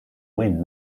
win